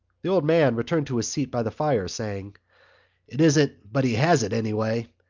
the old man returned to his seat by the fire, saying it isn't but he has it, anyway.